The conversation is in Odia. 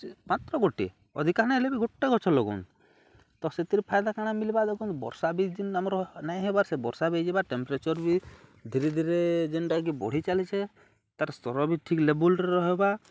ମାତ୍ର ଗୋଟି ଅଧିକା ନ ହେଲେ ବି ଗୋଟେ ଗଛ ଲଗନ୍ ତ ସେଥିରେ ଫାଇଦା କାଣା ମିଲିବା ଦେଖନ୍ତ ବର୍ଷା ବି ଯେନ୍ ଆମର ନାଇଁ ହେବା ସେ ବର୍ଷା ବି ହେଇଯିବା ଟେମ୍ପରେଚର୍ ବି ଧୀରେ ଧୀରେ ଯେନ୍ଟାକି ବଢ଼ି ଚାଲିଛେ ତାର ସ୍ତର ବି ଠିକ୍ ଲେବୁଲ୍ରେ ରହିବା